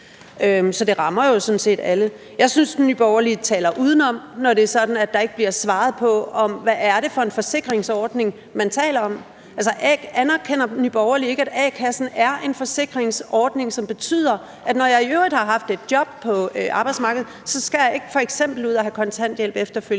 Så det rammer jo sådan set alle. Jeg synes, at Nye Borgerlige taler udenom, når det er sådan, at der ikke bliver svaret på, hvad det er for en forsikringsordning, man taler om. Anerkender Nye Borgerlige ikke, at a-kassen er en forsikringsordning, som betyder, at når jeg i øvrigt har haft et job på arbejdsmarkedet, skal jeg f.eks. ikke ud og have kontanthjælp efterfølgende,